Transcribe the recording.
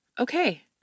Okay